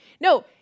No